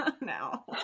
now